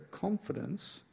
confidence